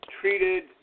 treated